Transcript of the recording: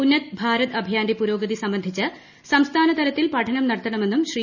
ഉന്നത് ഭാരത് അഭിയാന്റെ പുരോഗതി സംബന്ധിച്ച് സംസ്ഥാന ട്ടത്ലത്തിൽ പഠനം നടത്തണമെന്നും ശ്രീ